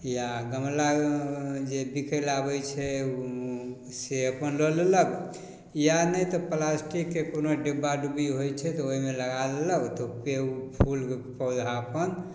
या गमला जे बिकैलए आबै छै से अपन लऽ लेलक या नहि तऽ प्लास्टिकके कोनो डिब्बा डुब्बी होइ छै तऽ ओहिमे लगा लेलक तऽ पे ओ फूलके पौधा अपन